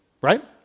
Right